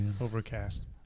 Overcast